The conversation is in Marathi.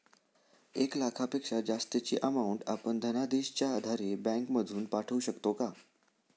एक लाखापेक्षा जास्तची अमाउंट आपण धनादेशच्या आधारे बँक मधून पाठवू शकतो का?